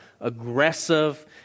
aggressive